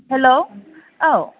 hello औ